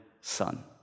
son